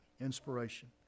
inspiration